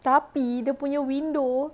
tapi dia punya window